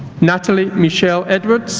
natalie michelle edwards